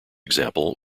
example